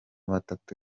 batatu